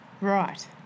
Right